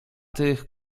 tych